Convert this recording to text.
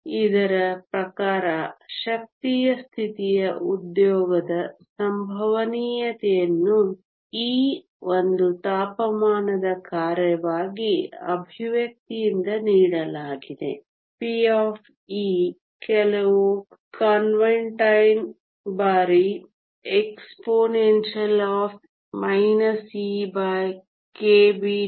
ಇದರ ಪ್ರಕಾರ ಶಕ್ತಿಯ ಸ್ಥಿತಿಯ ಉದ್ಯೋಗದ ಸಂಭವನೀಯತೆಯನ್ನು E ಒಂದು ತಾಪಮಾನದ ಕಾರ್ಯವಾಗಿ ಎಕ್ಸ್ಪ್ರೆಶನ್ಯಿಂದ ನೀಡಲಾಗಿದೆ p ಕೆಲವು ಕಾನ್ಸ್ಟಂಟ ಬಾರಿ exp EkBT